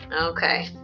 Okay